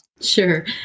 Sure